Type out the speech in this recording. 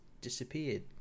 disappeared